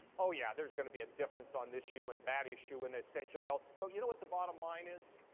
oh yeah, there's going to be a difference on this issue and that issue on and essential health but you know what the bottom line is?